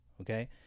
okay